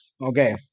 Okay